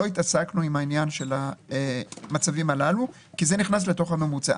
לא התעסקנו בעניין של המצבים הללו כי זה נכנס לתוך הממוצע.